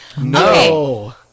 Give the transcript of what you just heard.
No